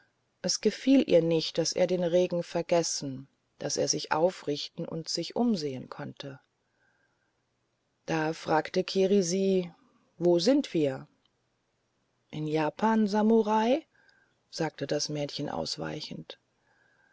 es gefiel ihr nicht daß er den regen vergessen daß er sich aufrichten und sich umsehen konnte da fragte kiri sie wo sind wir in japan samurai sagte das mädchen ausweichend